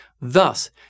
Thus